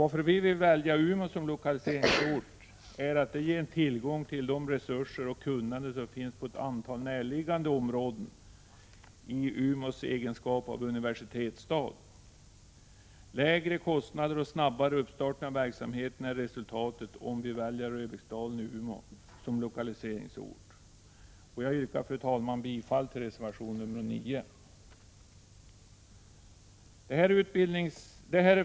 Att vi vill välja Umeå som lokaliseringsort beror på att det ger tillgång till de resurser och det kunnande som finns där på ett antal närliggande områden genom Umeås egenskap av universitetsstad. Lägre kostnader och en snabbare uppstartning av verksamheten blir resultatet om vi väljer Röbäcksdalen i Umeå som lokaliseringsort. Fru talman! Jag yrkar bifall till reservation 9.